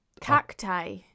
cacti